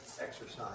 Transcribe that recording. exercise